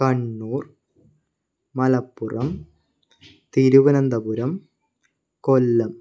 Kannur Malappuram Thiruvananthapuram Kollam